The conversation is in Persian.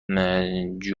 پرورش